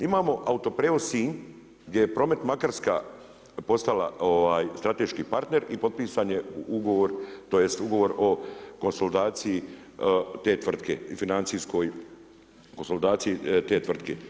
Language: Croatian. Imamo autoprijevoz Sinj, gdje je promet Makarska postala strateški partner i propisan je ugovor, tj. ugovor o konsolidaciji te tvrtke i financijskoj konsolidaciji te tvrtke.